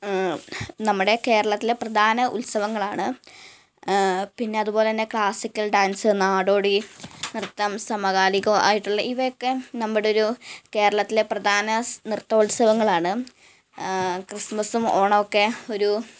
നമ്മുടെ കേരളത്തിലെ പ്രധാന ഉത്സവങ്ങളാണ് പിന്നെ അതുപോലെ തന്നെ ക്ലാസിക്കല് ഡാന്സ് നാടോടി നൃത്തം സമകാലികം ആയിട്ടുള്ള ഇവയൊക്കെ നമ്മുടെ ഒരു കേരളത്തിലെ പ്രധാന നൃത്തോത്സവങ്ങളാണ് ക്രിസ്മസും ഓണമൊക്കെ ഒരു